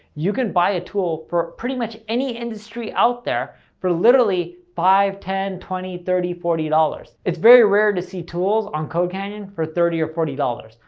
you can buy a tool for pretty much any industry out there for, literally, five, ten, twenty, thirty, forty dollars. it's very rare to see tools on codecanyon for thirty or forty dollars,